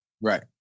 Right